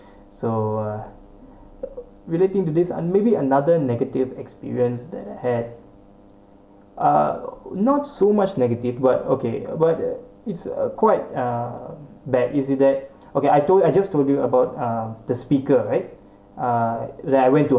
so uh relating to this and maybe another negative experience that I had uh not so much negative but okay but uh it's a quite a bad isn't that okay I told I just told you about uh the speaker right uh like I went to